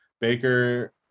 Baker